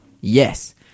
yes